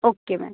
okay ma'am